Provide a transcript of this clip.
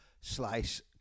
Slice